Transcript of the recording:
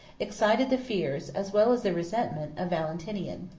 excited the fears, as well as the resentment, of valentinian.